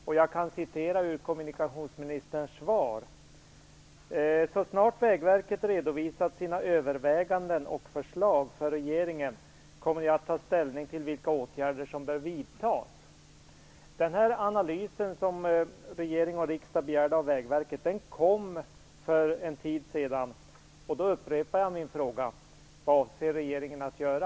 Låt mig citera ur kommunikationsministerns svar: "Så snart Vägverket redovisat sina överväganden och förslag för regeringen kommer vi att ta ställning till vilka åtgärder som bör vidtas." Den analys som regering och riksdag begärde av Vägverket lades fram för en tid sedan. Jag upprepar min fråga: Vad avser regeringen att göra?